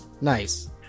Nice